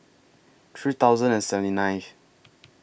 three thousand and seventy ninth